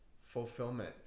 fulfillment